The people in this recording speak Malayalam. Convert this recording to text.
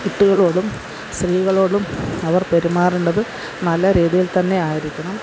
കുട്ടികളോടും സ്ത്രീകളോടും അവര് പെരുമാറേണ്ടത് നല്ല രീതിയില് തന്നെ ആയിരിക്കണം